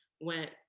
went